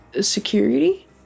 security